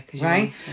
right